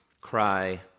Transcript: cry